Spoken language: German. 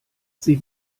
sie